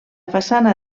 façana